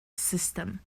system